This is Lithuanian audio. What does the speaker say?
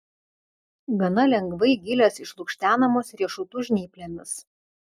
gana lengvai gilės išlukštenamos riešutų žnyplėmis